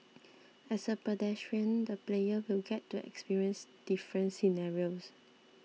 as a pedestrian the player will get to experience different scenarios